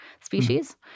species